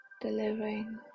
delivering